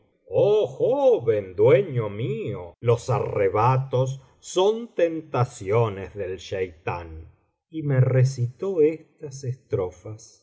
del jorobado mío los arrebatos son tentaciones del chcitán y me recitó estas estrofas